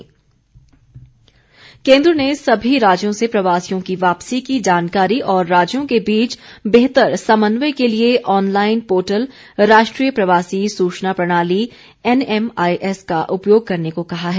online portal केन्द्र ने सभी राज्यों से प्रवासियों की वापसी की जानकारी और राज्यों के बीच बेहतर समन्वय के लिये ऑनलाइन पोर्टल राष्ट्रीय प्रवासी सूचना प्रणाली एनएमआईएस का उपयोग करने को कहा है